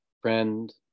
friend